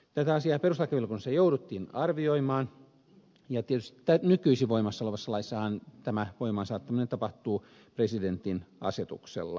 tätä asiaa perustuslakivaliokunnassa jouduttiin arvioimaan ja nykyisin voimassa olevassa laissahan tämä voimaan saattaminen tapahtuu presidentin asetuksella